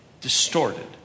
distorted